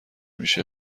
میشه